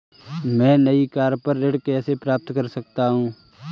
मैं नई कार पर ऋण कैसे प्राप्त कर सकता हूँ?